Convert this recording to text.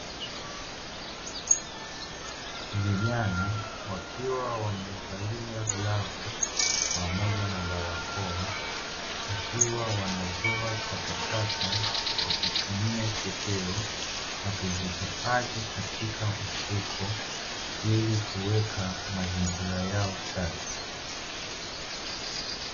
Vijana wakiwa wamevalia glavu pamoja na barakoa, wakiwa wanazoa takataka kwa kutumia chepeo na kuzihifadhi katika mfuko ili kuweka mazingira yao safi.